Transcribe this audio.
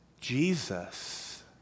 Jesus